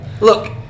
look